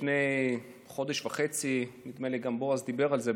לפני חודש וחצי, נדמה לי שגם בועז דיבר על זה.